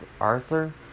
Arthur